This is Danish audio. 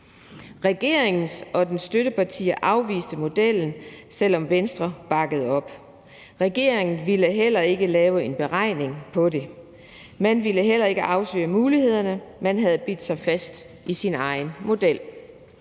Regeringen og dens støttepartier afviste modellen, selv om Venstre bakkede op. Regeringen ville heller ikke lave en beregning på det. Man ville heller ikke afsøge mulighederne; man havde bidt sig fast i sin egen model.